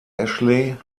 ashley